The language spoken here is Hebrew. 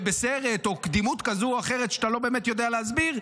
או קדימות כזאת או אחרת שאתה לא באמת יודע להסביר,